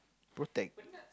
protect